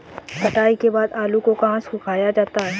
कटाई के बाद आलू को कहाँ सुखाया जाता है?